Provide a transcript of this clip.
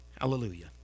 Hallelujah